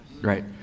right